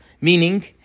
meaning